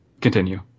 Continue